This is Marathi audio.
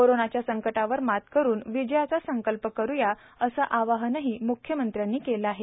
कोरोनाच्या संकटावर मात करून विजयाचा संकल्प करूया असं आवाहनही म्ख्यमंत्र्यांनी केलं आहे